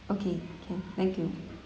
okay can thank you